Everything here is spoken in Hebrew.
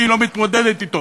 כי היא לא מתמודדת אתו.